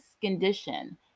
condition